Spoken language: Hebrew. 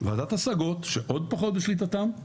ועדת השגות שעוד פחות בשליטתם,